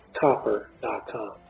copper.com